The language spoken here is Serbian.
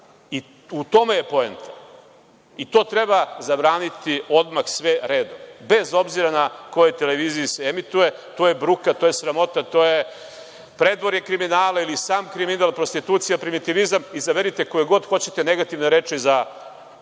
i u tome je poenta. To treba zabraniti odmah sve redom, bez obzira na kojoj televiziji se emituje. To je bruka, to je sramota, to je predvorje kriminala ili sam kriminal, prostitucija, primitivizam, izaberite koje god hoćete negativne reči za to. Imamo